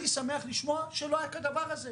אני שמח לשמוע שלא היה כדבר הזה,